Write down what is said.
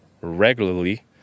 regularly